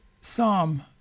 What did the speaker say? Psalm